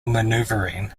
maneuvering